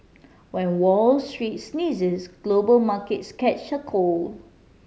when Wall Street sneezes global markets catch a cold